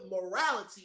morality